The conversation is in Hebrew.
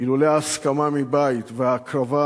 אילולא ההסכמה מבית וההקרבה